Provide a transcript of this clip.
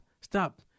stop